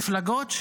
מפלגות,